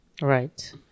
Right